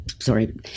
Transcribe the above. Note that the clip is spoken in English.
sorry